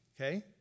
okay